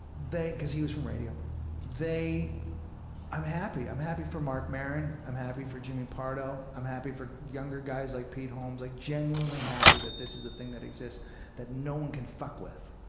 they because he was from radio they i'm happy. i'm happy for marc maron. and i'm happy for jimmy pardo. i'm happy for younger guys like pete holmes, like genuinely happy that this is a thing that exists that no one can fuck with,